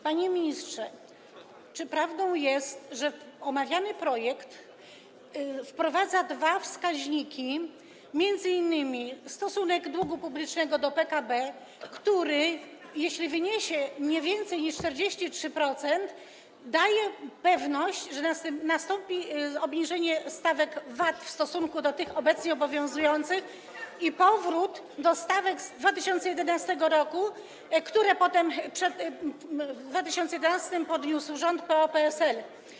Panie ministrze, czy prawdą jest, że omawiany projekt wprowadza dwa wskaźniki, m.in. stosunek długu publicznego do PKB, który jeśli wyniesie nie więcej niż 43%, daje pewność, że nastąpi obniżenie stawek VAT w stosunku do tych obecnie obowiązujących i powrót do stawek z 2011 r., które potem, w 2011 r., podniósł rząd PO-PSL.